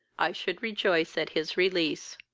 i should rejoice at his release.